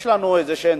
יש לנו תחושות